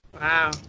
wow